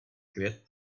květ